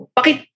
Pakit